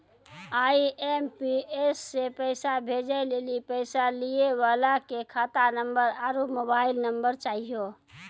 IMPS से पैसा भेजै लेली पैसा लिये वाला के खाता नंबर आरू मोबाइल नम्बर चाहियो